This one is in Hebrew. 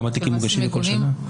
כמה תיקים מוגשים כל שנה.